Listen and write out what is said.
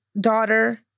daughter